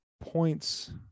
points